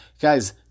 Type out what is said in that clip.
Guys